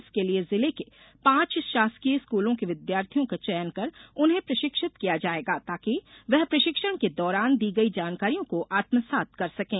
इसके लिए जिले के पांच शासकीय स्कलों के विद्यार्थियों का चयन कर उन्हें प्रशिक्षित किया जायेगा ताकि वे प्रशिक्षण के दौरान दी गई जानकारियों को आत्मसात कर सकें